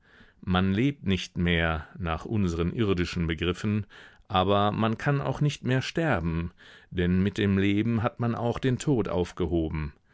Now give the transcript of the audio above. man lebt nicht mehr nach unseren irdischen begriffen aber man kann auch nicht mehr sterben denn mit dem leben hat man auch den tod aufgehoben